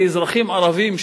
כאזרחים ערבים,